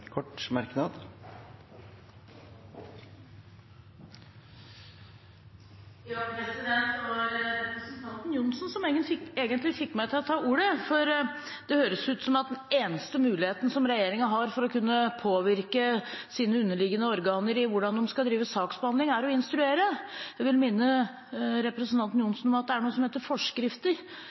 kort merknad, begrenset til 1 minutt. Det var representanten Ørmen Johnsen som egentlig fikk meg til å ta ordet, for det høres ut som om den eneste muligheten regjeringen har til å kunne påvirke hvordan dens underliggende organer skal drive saksbehandling, er ved å instruere. Jeg vil minne representanten Ørmen Johnsen om at det er noe som heter forskrifter.